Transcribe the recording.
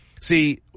see